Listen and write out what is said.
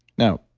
now,